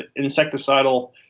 insecticidal